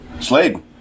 Slade